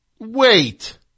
Wait